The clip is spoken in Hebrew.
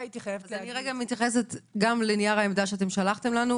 אני רגע מתייחסת גם לנייר העמדה שאתם שלחתם לנו.